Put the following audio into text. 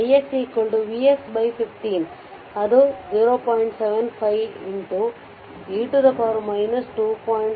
ix vx15 ಅದು 0